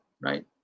right